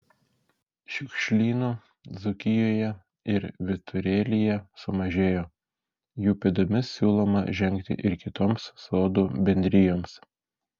šiukšlynų dzūkijoje ir vyturėlyje sumažėjo jų pėdomis siūloma žengti ir kitoms sodų bendrijoms